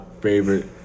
favorite